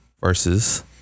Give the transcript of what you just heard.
versus